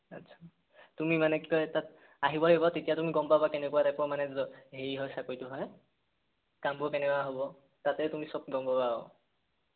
আচ্ছা তুমি মানে কি কয় তাত আহিব লাগিব তেতিয়া তুমি গম পাবা কেনেকুৱা টাইপৰ মানে হেৰি হয় চাকৰিটো হয় কামবোৰ কেনেকুৱা হ'ব তাতে তুমি চব গম পাবা আৰু